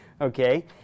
okay